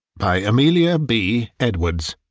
by amelia b. edwards